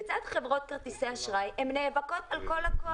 בצד חברות כרטיסי האשראי, הן נאבקות על כל לקוח.